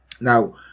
Now